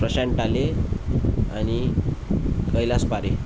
प्रशांत टाले आणि कैलास पारे